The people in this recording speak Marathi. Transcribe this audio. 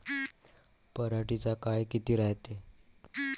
पराटीचा काळ किती रायते?